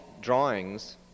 drawings